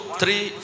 three